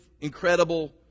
incredible